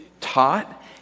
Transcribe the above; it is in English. taught